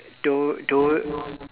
don't don't